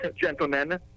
gentlemen